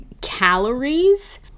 calories